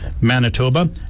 Manitoba